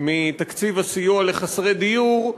מתקציב הסיוע לחסרי דיור,